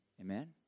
Amen